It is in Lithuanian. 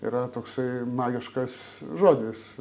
yra toksai magiškas žodis